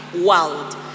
world